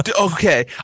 Okay